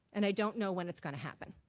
and i don't know when it's going to happen.